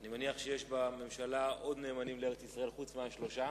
אני מניח שיש בממשלה עוד נאמנים לארץ-ישראל מלבד השלושה.